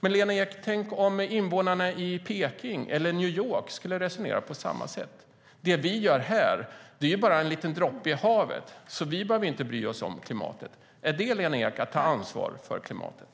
Tänk, Lena Ek, om invånarna i Peking eller New York skulle resonera på samma sätt: Det vi gör här är bara en liten droppe i havet, så vi behöver inte bry oss om klimatet. Är det att ta ansvar för klimatet?